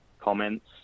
comments